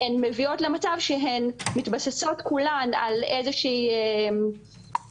הן מביאות למצב שהן מתבססות כולן על איזושהי הנחה,